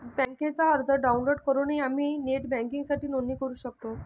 बँकेचा अर्ज डाउनलोड करूनही आम्ही नेट बँकिंगसाठी नोंदणी करू शकतो